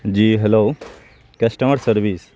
G hello customer service